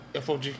FOG